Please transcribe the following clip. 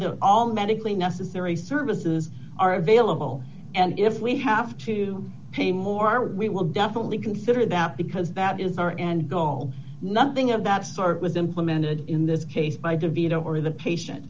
do all medically necessary services are available and if we have to pay more we will definitely consider that because that is our end goal nothing of that sort was implemented in this case by de vito or the patient